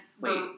Wait